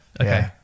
Okay